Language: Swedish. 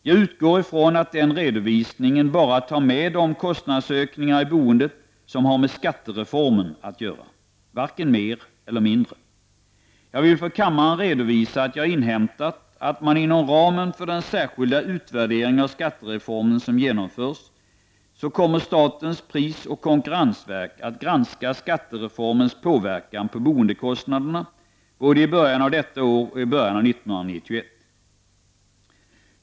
Jag utgår ifrån att den redovisningen bara tar med de kostnadsökningar i boendet som har med skattereformen att göra, varken mer eller mindre. Jag vill för kammaren redovisa att jag inhämtat att inom ramen för den särskilda utvärdering av skattereformen som genomförs kommer statens pris och konkurrensverk att granska skattereformens påverkan på boendekostnaderna både i början av detta år och i början av 1991.